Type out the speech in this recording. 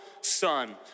son